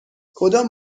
کدام